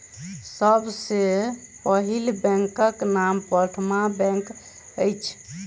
सभ सॅ पहिल बैंकक नाम प्रथमा बैंक अछि